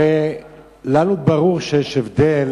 הרי לנו ברור שיש הבדל